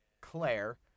Claire